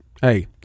hey